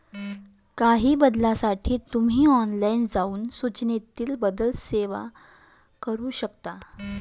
काही बदलांसाठी तुम्ही ऑनलाइन जाऊन सूचनेतील बदल सेव्ह करू शकता